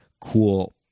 cool